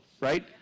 right